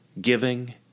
giving